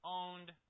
owned